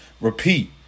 repeat